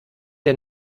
der